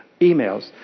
emails